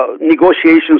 negotiations